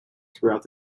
throughout